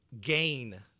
gain